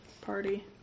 party